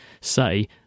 say